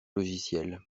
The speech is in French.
logiciel